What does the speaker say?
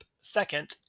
second